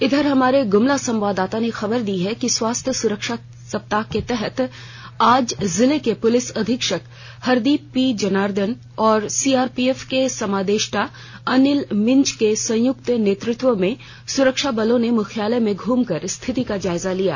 इधर हमारे गुमला संवाददाता ने खबर दी है कि स्वास्थ्य सुरक्षा सप्ताह के तहत आज जिले के पुलिस अधीक्षक हृदीप पी जनार्दनन और सीआरपीएफ के समादेष्टा अनिल मिंज के संयुक्त नेतृत्व में सुरक्षा बलों ने मुख्यालय में घूम कर स्थिति का जायजा लिया